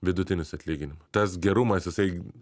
vidutinis atlyginim tas gerumas jisai